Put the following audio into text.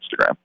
Instagram